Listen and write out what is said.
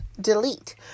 delete